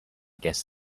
guess